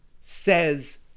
says